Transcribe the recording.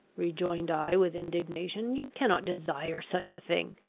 rejoined i with indignation, you cannot desire such a thing.